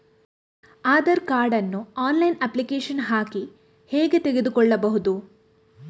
Aadhaar card ನ್ನು online application ಹಾಕಿ ಹೇಗೆ ತೆಗೆದುಕೊಳ್ಳುವುದು?